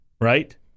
right